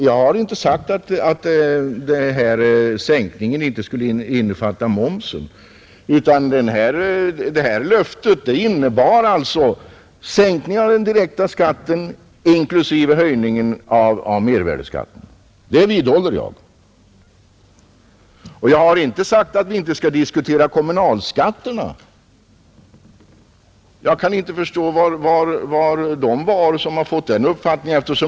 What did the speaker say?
Jag har inte sagt att sänkningen inte skulle innefatta momsen; löftet innebar sänkning av den direkta skatten inklusive höjningen av mervärdeskatten. Det vidhåller jag. Och jag har inte heller sagt att vi inte skall diskutera kommunalskatterna. Jag kan inte förstå varifrån man har fått den uppfattningen.